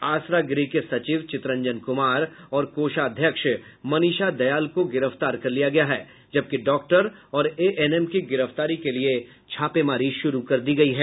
आसरा गृह के सचिव चितरंजन कुमार और कोषाध्यक्ष मनीषा दयाल को गिरफ्तार कर लिया गया है जबकि डॉक्टर और एएनएम की गिरफ्तारी के लिए छापेमारी शुरू कर दी गयी है